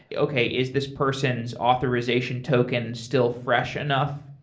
yeah okay, is this person's authorization token still fresh enough?